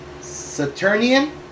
Saturnian